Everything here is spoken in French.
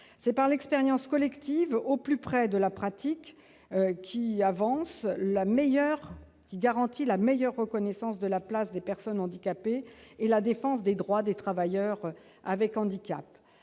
C'est par l'expérience collective, au plus près de la pratique, que l'on garantit la meilleure reconnaissance de la place des personnes handicapées et la défense de leurs droits de travailleurs. Nous saisissons